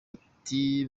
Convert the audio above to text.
ati